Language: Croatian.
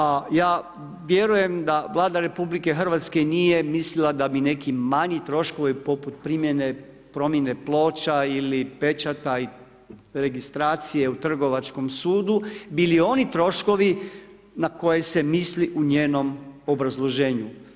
A ja vjerujem da Vlada RH nije mislila da bi neki manji troškovi poput promjene ploča ili pečata i registracije u trgovačkom sudu bili oni troškovi na koje se misli u njenom obrazloženju.